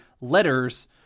letters